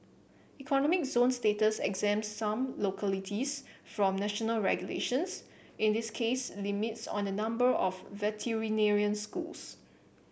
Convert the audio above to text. economic zone status exempts some localities from national regulations in this case limits on the number of veterinary schools